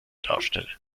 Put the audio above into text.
darstelle